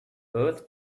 earth